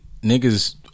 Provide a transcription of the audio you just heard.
niggas